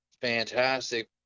fantastic